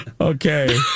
Okay